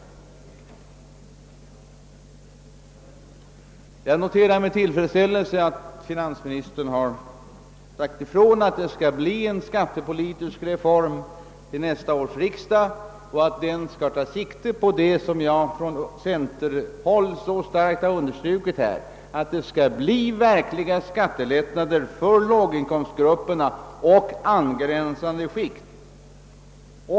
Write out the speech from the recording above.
Jag noterar med tillfredsställelse att finansministern har sagt ifrån, att en skattepolitisk reform skall föreläggas nästa års riksdag och att den skali ta sikte på det av oss från centerhåll så starkt understrukna kravet på verkliga skattelättnader för låginkomstgrupperna och angränsande skikt.